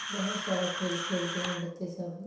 بہت سارا کھیل کھیلتے ہیں بچے سب